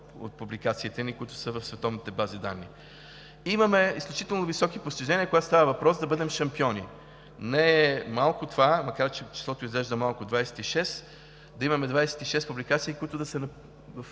от публикациите ни, които са в световните бази данни. Имаме изключително високи постижения, когато става въпрос да бъдем шампиони. Не е малко това, макар че числото изглежда малко – 26, да имаме 26 публикации, които да са